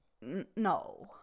No